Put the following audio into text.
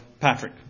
Patrick